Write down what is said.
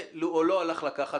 או לא הלך לקחת,